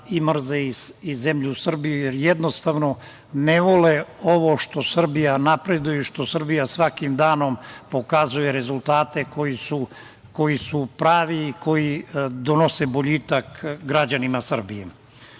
da mrze i zemlju Srbiju, jer jednostavno ne vole ovo što Srbija napreduje i što Srbija svakim danom pokazuje rezultate koji su pravi, koji donose boljitak građanima Srbije. Obzirom